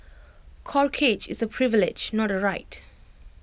corkage is A privilege not A right